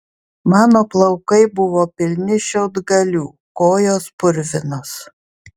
mano plaukai buvo pilni šiaudgalių kojos purvinos